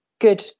good